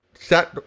Set